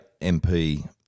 MP